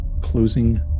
closing